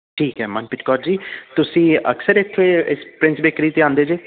ਠੀਕ ਹੈ ਮਨਪ੍ਰੀਤ ਕੌਰ ਜੀ ਤੁਸੀਂ ਅਕਸਰ ਇੱਥੇ ਪ੍ਰਿੰਸ ਬੇਕਰੀ 'ਤੇ ਆਉਂਦੇ ਜੇ